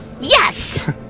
Yes